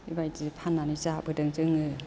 बेबायदि फाननानै जाबोदों जोङो